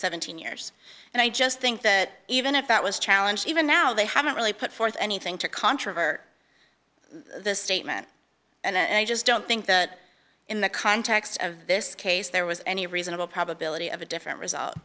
seventeen years and i just think that even if that was challenge even now they haven't really put forth anything to controvert the statement and i just don't think that in the context of this case there was any reasonable probability of a different result